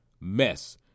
mess